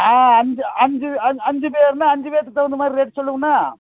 ஆ அஞ்சு அஞ்சு அஞ்சு பேர்ன்னா அஞ்சு பேர்த்துக்கு தகுந்த மாதிரி ரேட் சொல்லுவன்னா